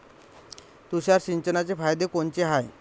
तुषार सिंचनाचे फायदे कोनचे हाये?